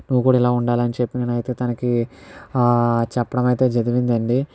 నువ్వు కూడా ఇలా ఉండాలని చెప్పి నేను అయితే తనకి చెప్పడం అయితే జరిగింది అండి